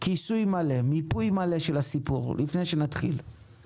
כיסוי מלא, מיפוי מלא של הסיפור, לפני שנתחיל.